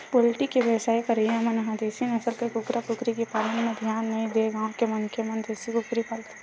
poultry के बेवसाय करइया मन ह देसी नसल के कुकरा कुकरी के पालन म धियान नइ देय गांव के मनखे मन देसी कुकरी पालथे